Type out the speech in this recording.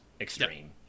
extreme